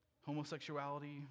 Homosexuality